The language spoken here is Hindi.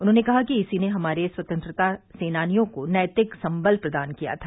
उन्होंने कहा कि इसी ने हमारे स्वतंत्रता सेनानियों को नैतिक संबल प्रदान किया था